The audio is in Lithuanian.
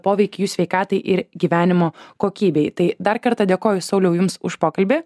poveikį jų sveikatai ir gyvenimo kokybei tai dar kartą dėkoju sauliau jums už pokalbį